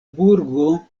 burgo